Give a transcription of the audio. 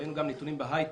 ראינו גם נתונים בהייטק,